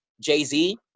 Jay-Z